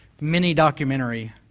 mini-documentary